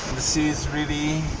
the sea is really